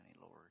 Lord